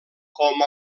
com